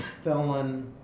felon